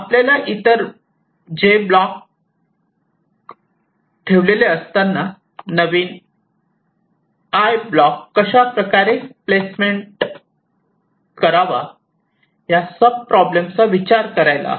आपल्याला इतर 'j' block ठेवलेले असताना नवीन 1 ब्लॉक कशाप्रकारे प्लेसमेंट करावा या सब प्रॉब्लेम चा विचार करायला हवा